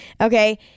Okay